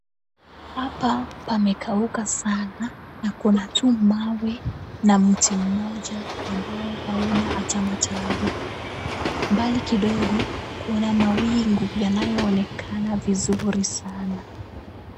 Hapa pamekauka sana, na kuna tu mawe na mti mmoja ambao hauna hata matawi, mbali kidogo kuna mawingu yanayoonekana vizuri sana.